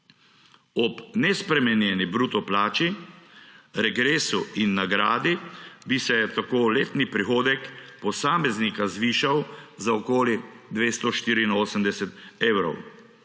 Ob nespremenjeni bruto plači, regresu in nagradi bi se tako letni prihodek posameznika zvišal za okoli 284 evrov.